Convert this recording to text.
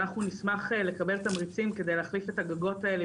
ואנחנו נשמח לקבל תמריצים כדי להחליף את הגגות האלה,